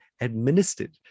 administered